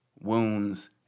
wounds